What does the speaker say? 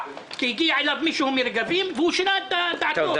כי הגיע אליו מישהו מרגבים והוא שינה את דעתו.